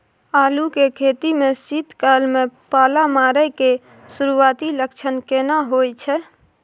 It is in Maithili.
आलू के खेती में शीत काल में पाला मारै के सुरूआती लक्षण केना होय छै?